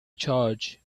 charge